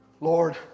Lord